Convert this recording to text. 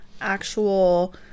actual